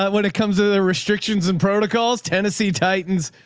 um when it comes to the restrictions and protocols, tennessee titans,